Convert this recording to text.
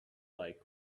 like